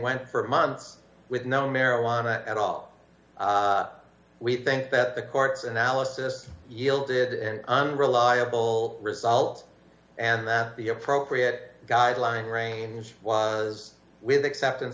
went for months with no marijuana at all we think that the court's analysis yielded an unreliable result and that be appropriate guideline range with acceptance